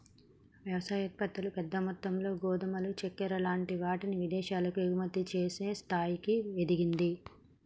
వ్యవసాయ ఉత్పత్తులు పెద్ద మొత్తములో గోధుమలు చెక్కర లాంటి వాటిని విదేశాలకు ఎగుమతి చేసే స్థాయికి ఎదిగింది